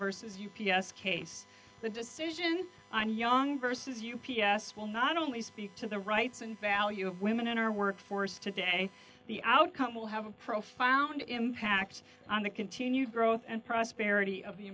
s case the decision on young versus u p s will not only speak to the rights and value of women in our workforce today the outcome will have a profound impact on the continued growth and prosperity of the